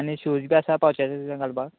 आनी शुज बी आसा पावसाचे तुजे कडेन घालपाक